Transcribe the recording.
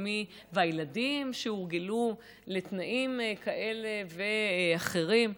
והילדים, שהורגלו לתנאים כאלה ואחרים?